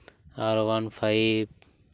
ᱟᱨ ᱳᱣᱟᱱ ᱯᱷᱟᱭᱤᱵᱽ